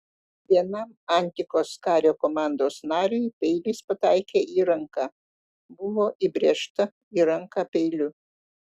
vienam antikos kario komandos nariui peilis pataikė į ranką buvo įbrėžta į ranką peiliu